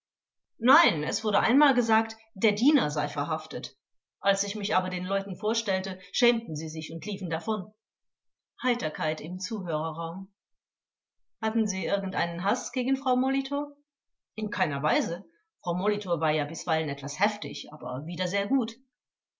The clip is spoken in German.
nein es wurde einmal gesagt der diener sei verhaftet als ich mich aber den leuten vorstellte schämten sie sich und liefen davon heiterkeit im zuhörerraum vors hatten sie irgendeinen haß gegen frau molitor zeuge in keiner weise frau molitor war ja bisweilen etwas heftig aber wieder sehr gut